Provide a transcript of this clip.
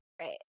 Right